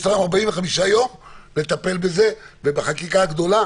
יש לכם 45 יום לטפל בזה ובחקיקה הגדולה.